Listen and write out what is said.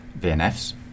VNFs